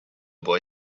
boy